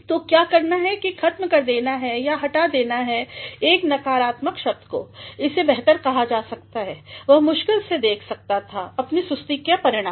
तो क्या करना है कि खत्म कर देना है याहटा देना है एक नकारात्मक शब्द को इसे बेहतर कहा जा सकता है वह मुश्किल से देख सकता था अपने सुस्तीका परिणाम